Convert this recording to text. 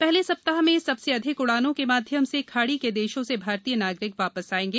पहले सप्ताह में सबसे अधिक उड़ानों के माध्यम से खाड़ी के देशों से भारतीय नागरिक वापस आएंगे